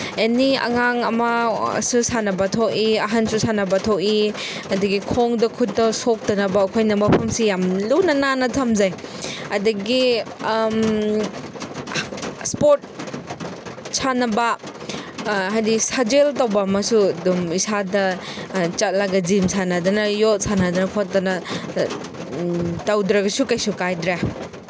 ꯑꯦꯅꯤ ꯑꯉꯥꯡ ꯑꯃꯁꯨ ꯁꯥꯟꯅꯕ ꯊꯣꯛꯏ ꯑꯍꯟꯁꯨ ꯁꯥꯟꯅꯕ ꯊꯣꯛꯏ ꯑꯗꯒꯤ ꯈꯣꯡꯗ ꯈꯨꯠꯇ ꯁꯣꯛꯇꯅꯕ ꯑꯩꯈꯣꯏꯅ ꯃꯐꯝꯁꯤ ꯌꯥꯝꯅ ꯂꯨꯅ ꯅꯥꯟꯅ ꯊꯝꯖꯩ ꯑꯗꯒꯤ ꯏꯁꯄꯣꯔꯠ ꯁꯥꯟꯅꯕ ꯍꯥꯏꯗꯤ ꯁꯥꯖꯦꯜ ꯇꯧꯕ ꯑꯃꯁꯨ ꯑꯗꯨꯝ ꯏꯁꯥꯗ ꯆꯠꯂꯒ ꯖꯤꯝ ꯁꯥꯟꯅꯗꯅ ꯌꯣꯠ ꯁꯥꯟꯅꯗꯅ ꯈꯣꯠꯇꯅ ꯇꯧꯗ꯭ꯔꯒꯁꯨ ꯀꯩꯁꯨ ꯀꯥꯏꯗ꯭ꯔꯦ